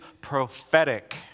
prophetic